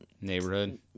neighborhood